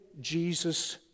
Jesus